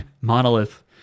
monolith